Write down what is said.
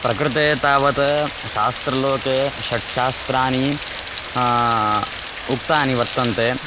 प्रकृते तावत् शास्त्रलोके षट्शास्त्राणि उक्तानि वर्तन्ते